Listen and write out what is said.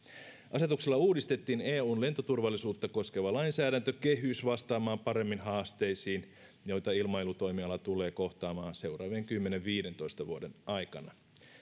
asetuksella uudistettiin eun lentoturvallisuutta koskeva lainsäädäntökehys vastaamaan paremmin haasteisiin joita ilmailutoimiala tulee kohtaamaan seuraavien kymmenen viiva viidentoista vuoden aikana